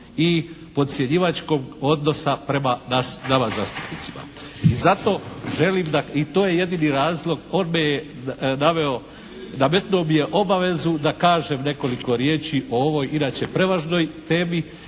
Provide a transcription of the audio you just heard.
i potcjenjivačkog odnosa prema nama zastupnicima. I zato želim i to je jedini razlog, on me je naveo, nametnuo mi je obavezu da kažem nekoliko riječi o ovoj inače prevažnoj temi